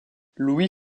louis